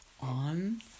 on